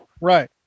Right